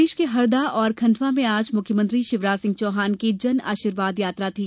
प्रदेश के हरदा और खंडवा में आज मुख्यमंत्री शिवराज सिंह चौहान की जन आशीर्वाद यात्रा थी